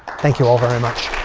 thank you all very much.